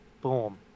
boom